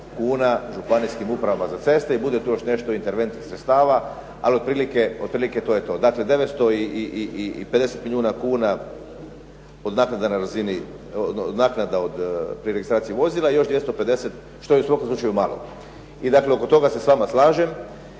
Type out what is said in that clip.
kuna županijskim upravama za ceste i bude tu još nešto interventnih sredstava ali otprilike to je to. Dakle, 950 milijuna kuna naknada pri registraciji vozila i još 250 što je u svakom slučaju malo. I oko toga se s vama slažem.